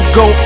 go